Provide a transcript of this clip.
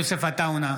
יוסף עטאונה,